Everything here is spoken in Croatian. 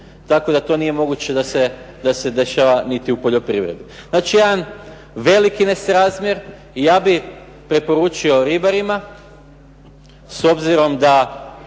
tako da to nije moguće da se dešava u poljoprivredi. Dakle, jedan veliki nerazmjer i ja bih poručio ribarima, evo tu